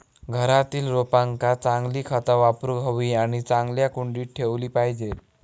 घरातील रोपांका चांगली खता वापरूक हवी आणि चांगल्या कुंडीत ठेवली पाहिजेत